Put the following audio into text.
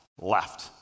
left